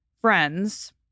friends